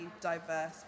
diverse